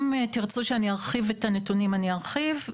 ארחיב את הנתונים, אני ארחיב.